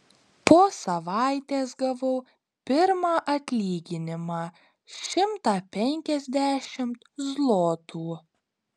po savaitės gavau pirmą atlyginimą šimtą penkiasdešimt zlotų